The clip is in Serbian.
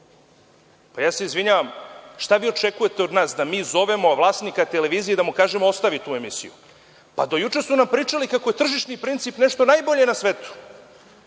Pa, ja se izvinjavam, šta vi očekujete od nas? Da mi zovemo vlasnika televizije i da mu kažemo – ostavi tu emisiju? Do juče su nam pričali kako je tržišni princip nešto najbolje na svetu.